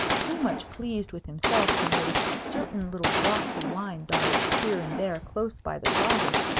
too much pleased with himself to notice certain little drops of wine dotted here and there close by the closet,